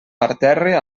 parterre